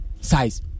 size